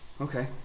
Okay